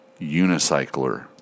unicycler